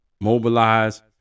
mobilize